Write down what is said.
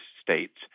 states